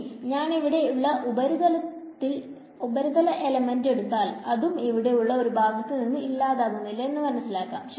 ഇനി നജ്ൻ ഇവിടെ ഉള്ള ഉപരിതല എലമെന്റ് എടുത്താൽ അതും ഇവിടെ ഉള്ള ഒരു ഭാഗത്തുനിന്നും ഇല്ലാതാകുന്നില്ല എന്നു മനസിലാക്കാം